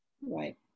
right